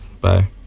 bye